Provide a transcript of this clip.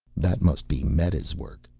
that must be meta's work,